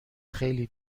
خیلی